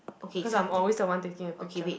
cause I'm always the one taking the picture